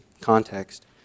context